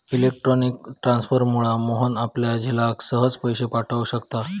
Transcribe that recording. electronic ट्रांसफरमुळा मोहन आपल्या झिलाक सहज पैशे पाठव शकता